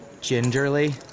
gingerly